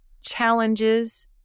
challenges